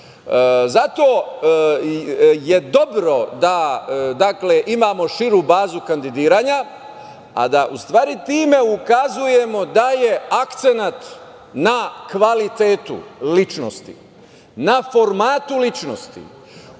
Zato je dobro da imamo širu bazu kandidiranja, a da u stvari time ukazujemo da je akcenat na kvalitetu ličnosti, na formatu ličnosti